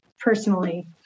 personally